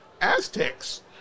Aztecs